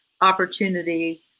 opportunity